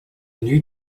new